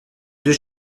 deux